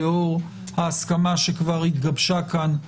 לאור ההסכמה שכבר התגבשה כאן,